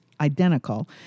identical